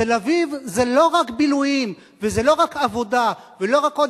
תל-אביב זה לא רק בילויים וזה לא רק עבודה ולא רק עוד